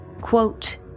quote